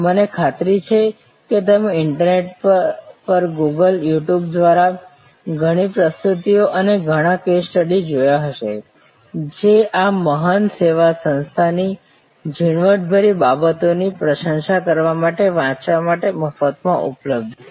મને ખાતરી છે કે તમે ઇન્ટરનેટ પર ગૂગલ યુટ્યુબ દ્વારા ઘણી પ્રસ્તુતિઓ અને ઘણા કેસ સ્ટડીઝ જોયા હશે જે આ મહાન સેવા સંસ્થાની ઝીણવટભરી બાબતોની પ્રશંસા કરવા માટે વાંચવા માટે મફતમાં ઉપલબ્ધ છે